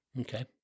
Okay